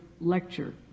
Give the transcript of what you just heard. lecture